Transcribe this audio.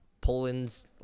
Poland's